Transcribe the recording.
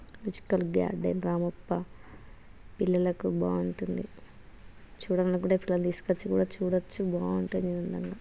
పిచుకల garden Ramappa పిల్లలకు బావుంటుంది చూడడానికి కూడా పిల్లలని తీసుకొచ్చి కూడా చూడవచ్చు బాగుంటుంది అందంగా